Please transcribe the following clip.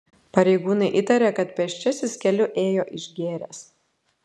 pareigūnai įtaria kad pėsčiasis keliu ėjo išgėręs